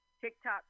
TikTok